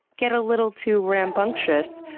get a little too rambunctious,